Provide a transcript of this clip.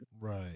Right